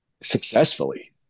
successfully